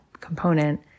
component